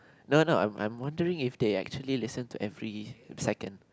no no I'm I'm wondering if they actually listen to every second